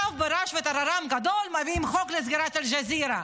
עכשיו ברעש ובטררם גדול מביאים חוק לסגירת אל-ג'זירה,